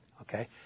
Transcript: Okay